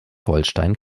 holstein